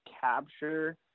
capture